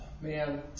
Man